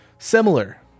Similar